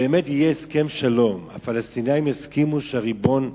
יהיה באמת הסכם שלום, הפלסטינים יסכימו שהריבונות